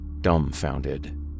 dumbfounded